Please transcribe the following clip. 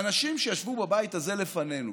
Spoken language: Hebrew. האנשים שישבו בבית הזה לפנינו